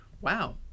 wow